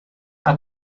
are